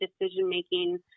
decision-making